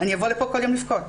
אני אבוא לפה כל יום לבכות...